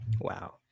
wow